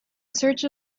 search